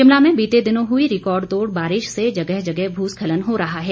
शिमला में बीते दिनों हुई रिकॉर्ड तोड़ बारिश से जगह जगह भूस्खलन हो रहा है